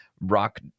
rock